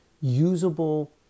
usable